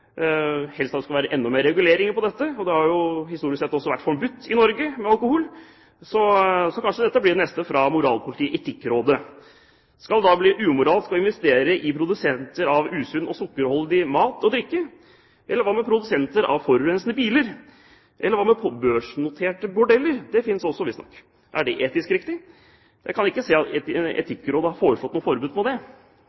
helst sett at det skulle være enda mer regulering på dette, og det har jo historisk sett også vært forbudt i Norge med alkohol, så kanskje dette blir det neste fra moralpolitiet Etikkrådet. Skal det da bli umoralsk å investere i selskaper som er produsenter av usunn og sukkerholdig mat og drikke? Hva med produsenter av forurensende biler? Eller hva med børsnoterte bordeller? Det finnes også, visstnok. Er det etisk riktig? Jeg kan ikke se at